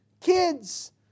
kids